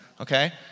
okay